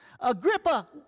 Agrippa